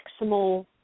maximal